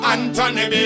Anthony